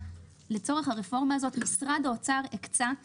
וצריכים כל משרדי הממשלה להפשיל שרוולים,